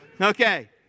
Okay